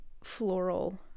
floral